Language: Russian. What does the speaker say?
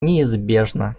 неизбежно